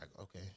okay